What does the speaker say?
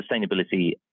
sustainability